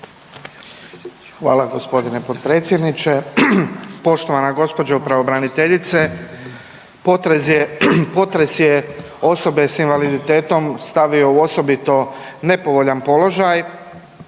Hvala gospodine potpredsjedniče. Poštovana gospođo pravobraniteljice, potres je osobe s invaliditetom stavio u osobito nepovoljna položaj,